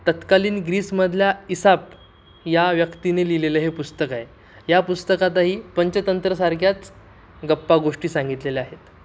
तत्कालीन ग्रीसमधल्या इसाप या व्यक्तीने लिहिलेलं हे पुस्तक आहे या पुस्तकातही पंचतंत्रसारख्याच गप्पा गोष्टी सांगितलेल्या आहेत